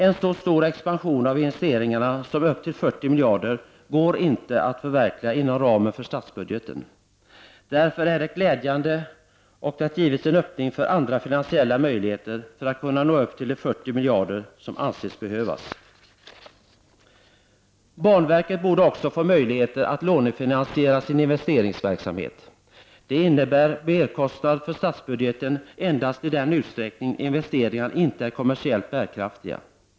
En så stor expansion av investeringarna som upp till 40 miljarder kronor går inte att förverkliga inom ramen för statsbudgeten. Därför är det glädjande att det givits en öppning för andra finansiella möjligheter för att kunna nå upp till de 40 miljarder som anses behövas. Banverket borde också få möjligheter att lånefinansiera sin investeringsverksamhet. Det innebär merkostnad för statsbudgeten endast i den utsträckning investeringarna inte är kommersiellt bärkraftiga.